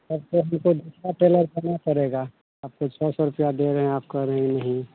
अच्छा हमको दूसरा टेलर करना पड़ेगा आपको छह सौ रुपया दे रहे हैं आप कह रहे हैं नहीं